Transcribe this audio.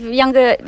younger